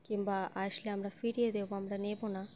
কিংবা আসলে আমরা ফিরিয়ে দেবো আমরা নেব না